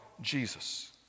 Jesus